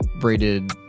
braided